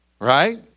Right